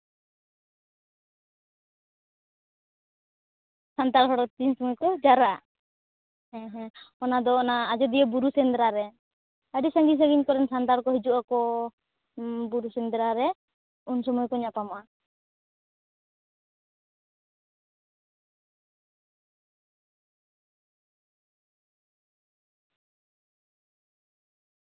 ᱥᱟᱱᱛᱟᱲ ᱦᱚᱲ ᱛᱤᱱ ᱥᱚᱢᱚᱭ ᱠᱚ ᱡᱟᱣᱨᱟᱜᱼᱟ ᱦᱮᱸ ᱦᱮᱸ ᱚᱱᱟ ᱫᱚ ᱚᱱᱟ ᱟᱡᱚᱫᱤᱭᱟᱹ ᱵᱩᱨᱩ ᱥᱮᱸᱫᱽᱨᱟ ᱨᱮ ᱟᱹᱰᱤ ᱥᱟᱺᱜᱤᱧ ᱥᱟᱺᱜᱤᱧ ᱠᱚᱨᱮᱱ ᱥᱟᱱᱛᱟᱲ ᱠᱚ ᱦᱤᱡᱩᱜᱼᱟ ᱠᱚ ᱵᱩᱨᱩ ᱥᱮᱸᱫᱽᱨᱟ ᱨᱮ ᱩᱱ ᱥᱚᱢᱚᱭ ᱠᱚ ᱧᱟᱯᱟᱢᱚᱜᱼᱟ